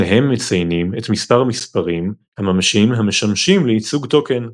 שניהם מציינים את מספר המספרים הממשיים המשמשים לייצוג טוקן.